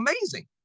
amazing